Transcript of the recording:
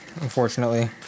unfortunately